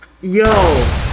Yo